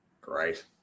Great